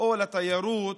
או תיירות,